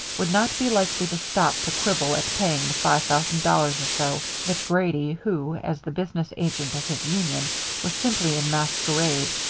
would not be likely to stop to quibble at paying the five thousand dollars so that grady, who, as the business agent of his union was simply in masquerade,